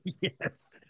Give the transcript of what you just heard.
Yes